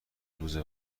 روز